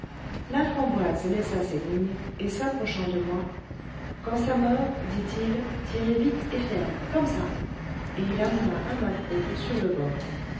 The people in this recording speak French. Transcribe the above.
laframboise laissa ses lignes et s'approchant de moi quand ça mord dit-il tirez vite et ferme comme ça et il amena un maquereau sur le bord